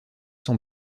son